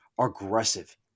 aggressive